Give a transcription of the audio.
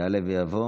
יעלה ויבוא